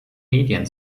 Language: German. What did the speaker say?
medien